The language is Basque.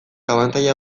abantaila